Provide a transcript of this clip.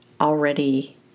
already